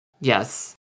yes